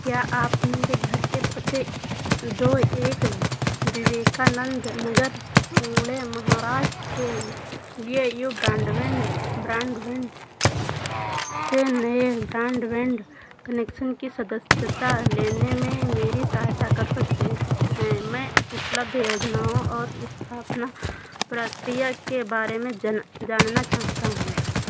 क्या आप मेरे घर के पते दो एक विवेकानंदा नगर पुणे महाराष्ट्र के लिए यू ब्रांडबैंड ब्रॉडबँड से नए ब्रॉडबैंड कनेक्शन की सदस्यता लेने में मेरी सहायता कर सकते हैं मैं उपलब्ध योजनाओं और स्थापना प्रक्रिया के बारे में जानना चाहता हूँ